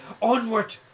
onward